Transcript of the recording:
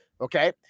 okay